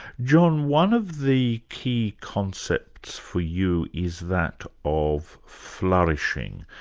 john, one of the key concepts for you is that of flourishing.